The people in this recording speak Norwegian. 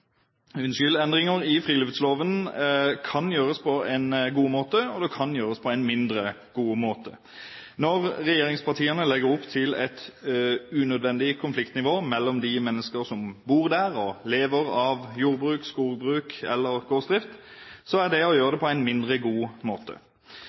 i friluftsloven kan gjøres på en god måte, og det kan gjøres på en mindre god måte. Når regjeringspartiene legger opp til et unødvendig konfliktnivå mellom de mennesker som bor der og lever av jordbruk, skogbruk eller gårdsdrift, er det å gjøre